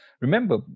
Remember